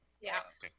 Yes